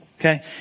okay